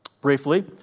briefly